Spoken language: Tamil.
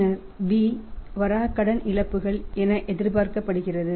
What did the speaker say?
பின்னர் b வராக்கடன் இழப்புகள் என்ன எதிர்பார்க்கப்படுகிறது